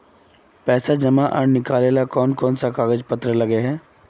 पैसा जमा आर निकाले ला कोन कोन सा कागज पत्र लगे है?